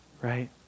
right